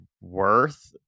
worth